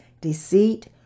deceit